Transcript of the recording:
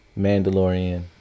Mandalorian